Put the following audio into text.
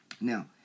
Now